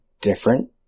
different